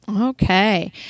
Okay